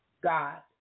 God